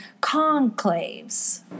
conclaves